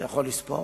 אתה יכול לספור?